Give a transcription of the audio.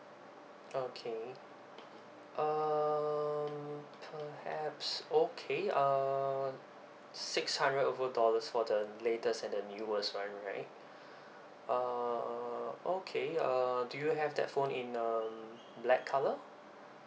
okay um perhaps okay err six hundred over dollars for the latest and the newest one right uh uh okay uh do you have that phone in um black colour